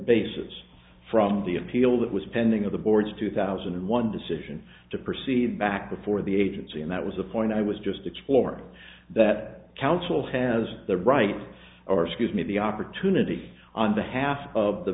basis from the appeal that was pending of the board's two thousand and one decision to proceed back before the agency and that was the point i was just exploring that council has the right or scuse me the opportunity on behalf of the